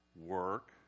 work